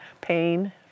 pain